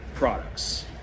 products